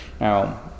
Now